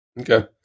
Okay